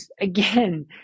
again